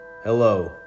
Hello